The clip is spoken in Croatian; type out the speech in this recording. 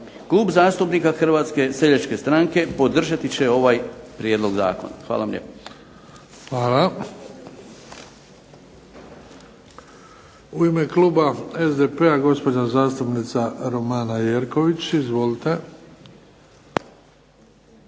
Klub zastupnika Hrvatske seljačke stranke podržati će ovaj prijedlog zakona. Hvala vam lijepo. **Bebić, Luka (HDZ)** Hvala. U ime kluba SDP-a gospođa zastupnica Romana Jerković. Izvolite.